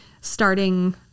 starting